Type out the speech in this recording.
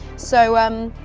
so, um,